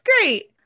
great